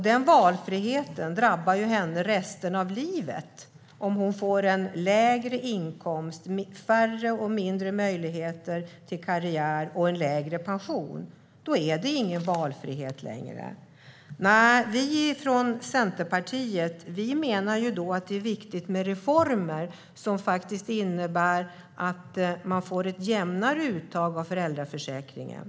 Den valfriheten drabbar henne resten av livet, för hon får en lägre inkomst, färre och mindre möjligheter till karriär och en lägre pension. Då är det ingen valfrihet längre. Nej, vi från Centerpartiet menar att det är viktigt med reformer som faktiskt innebär att man får ett jämnare uttag av föräldraförsäkringen.